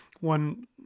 one